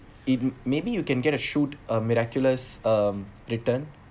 it maybe you can get a shoot a miraculous um return